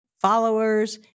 followers